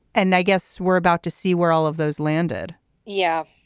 and i guess we're about to see where all of those landed yeah.